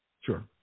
Sure